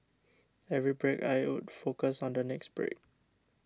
every break I would focus on the next break